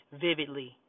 vividly